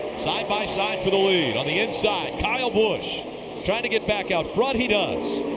side by side for the lead. on the inside, kyle busch trying to get back out front. he does.